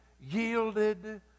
yielded